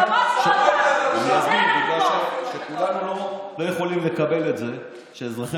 בגלל שכולנו לא יכולים לקבל את זה שאזרחי